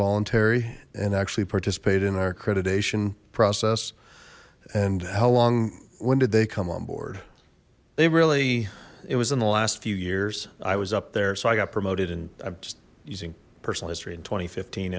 voluntary and actually participated in our accreditation process and how long when did they come on board they really it was in the last few years i was up there so i got promoted and i'm just using personal history in tw